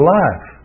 life